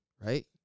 right